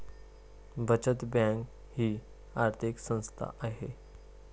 बचत बँक ही आर्थिक संस्था आहे